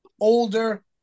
Older